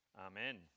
amen